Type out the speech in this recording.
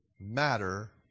matter